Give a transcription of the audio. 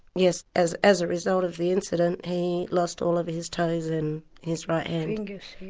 yes, as as a result of the incident he lost all of his toes and his right hand.